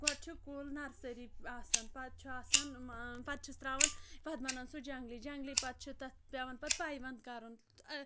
گۄڈٕ چھُ کُل نَرسٔری آسان پَتہٕ چھُ آسان ٲں پَتہٕ چھِس ترٛاوان پَتہٕ بَنان سُہ جنٛگلی جنٛگلی پَتہٕ چھِ تَتھ پیٚوان پَتہٕ پایونٛد کَرُن تہٕ ٲں